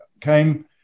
came